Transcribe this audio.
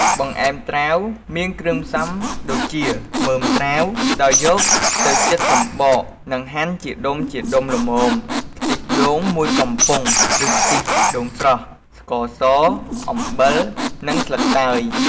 បង្អែមត្រាវមាន គ្រឿងផ្សំដូចជា មើមត្រាវ ដោយយកទៅចិតសំបកនិងហាន់ជាដុំៗល្មម ខ្ទិះដូង ១ កំប៉ុង ឬខ្ទិះដូងស្រស់ ស្ករស អំបិល និងស្លឹកតើយ។